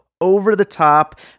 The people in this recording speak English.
over-the-top